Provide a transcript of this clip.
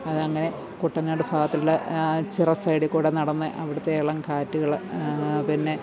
അതങ്ങനെ കുട്ടനാട് ഭാഗത്തുള്ള ചിറ സൈഡില്ക്കൂടെ നടന്ന് അവിടത്തെ ഇളം കാറ്റുകള് പിന്നെ